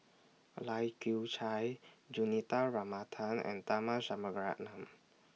Lai Kew Chai Juthika Ramanathan and Tharman Shanmugaratnam